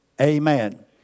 Amen